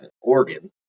Oregon